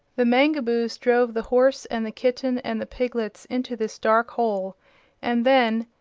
the mangaboos drove the horse and the kitten and the piglets into this dark hole and then,